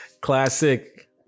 Classic